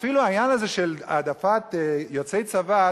אפילו העניין הזה של העדפת יוצאי צבא,